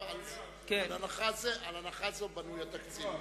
ועל ההנחה הזאת בנוי התקציב.